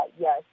yes